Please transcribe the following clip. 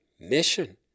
mission